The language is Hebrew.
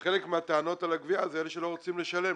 חלק מהטענות על הגבייה היא לגבי אלה שלא רוצים לשלם.